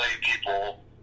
people